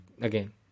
again